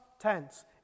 tense